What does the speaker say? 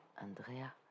Andrea